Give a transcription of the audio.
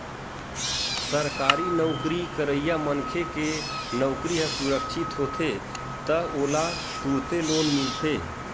सरकारी नउकरी करइया मनखे के नउकरी ह सुरक्छित होथे त ओला तुरते लोन मिलथे